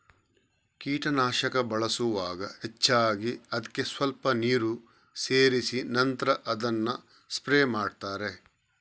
ಕೀಟನಾಶಕ ಬಳಸುವಾಗ ಹೆಚ್ಚಾಗಿ ಅದ್ಕೆ ಸ್ವಲ್ಪ ನೀರು ಸೇರಿಸಿ ನಂತ್ರ ಅದನ್ನ ಸ್ಪ್ರೇ ಮಾಡ್ತಾರೆ